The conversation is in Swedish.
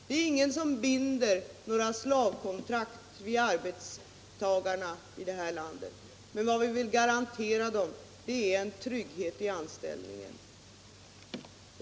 Det är ingen som binder arbetstagarna med några slavkontrakt i det här landet, men vad vi vill garantera dem är en trygghet i anställningen.